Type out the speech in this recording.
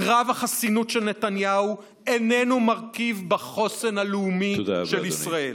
קרב החסינות של נתניהו איננו מרכיב בחוסן הלאומי של ישראל.